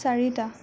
চাৰিটা